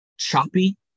choppy